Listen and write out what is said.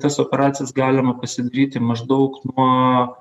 tas operacijas galima pasidaryti maždaug nuo